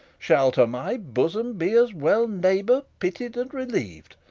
shall to my bosom be as well neighbour'd, pitied, and reliev'd,